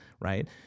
right